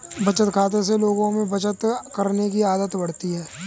बचत खाते से लोगों में बचत करने की आदत बढ़ती है